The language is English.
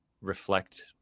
reflect